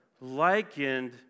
likened